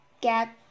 get